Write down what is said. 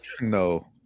no